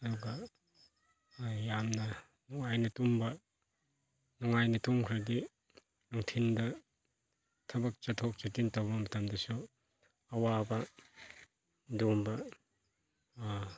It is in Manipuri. ꯑꯗꯨꯒ ꯌꯥꯝꯅ ꯅꯨꯡꯉꯥꯏꯅ ꯇꯨꯝꯕ ꯅꯨꯡꯉꯥꯏꯅ ꯇꯨꯝꯈ꯭ꯔꯗꯤ ꯅꯨꯡꯊꯤꯟꯗ ꯊꯕꯛ ꯆꯠꯊꯣꯛ ꯆꯠꯁꯤꯟ ꯇꯧꯕ ꯃꯇꯝꯗꯁꯨ ꯑꯋꯥꯕ ꯑꯗꯨꯒꯨꯝꯕ